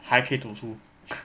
还可以读书